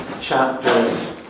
chapters